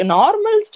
normal